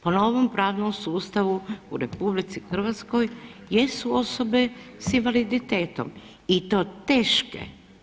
Po novom pravnom sustavu u RH jesu osobe sa invaliditetom i to teške.